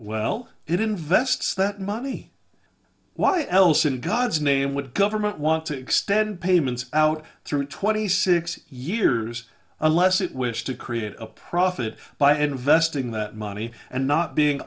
it invests that money why else in god's name would government want to extend payments out through twenty six years unless it wish to create a profit by investing that money and not being